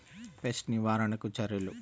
Pest నివారణకు చర్యలు?